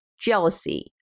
jealousy